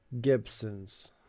Gibson's